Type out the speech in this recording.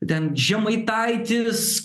ten žemaitaitis